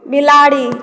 बिलाड़ि